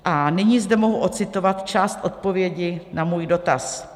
A nyní zde mohu odcitovat část odpovědi na svůj dotaz.